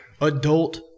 adult